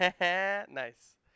Nice